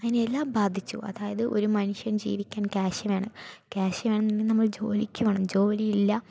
അയിനെയെല്ലാം ബാധിച്ചു അതായത് ഒരു മനുഷ്യൻ ജീവിക്കാൻ ക്യാഷ് വേണം ക്യാഷ് വേണമെങ്കിൽ നമ്മൾ ജോലിയ്ക്ക് പോകണം ജോലിയില്ല